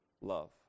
love